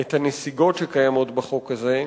את הנסיגות שקיימות בחוק הזה,